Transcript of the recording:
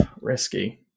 risky